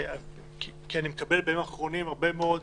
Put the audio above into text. אני מקבל בימים האחרונים הרבה מאוד